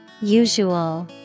Usual